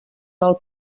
del